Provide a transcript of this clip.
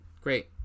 Great